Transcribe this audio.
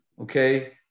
okay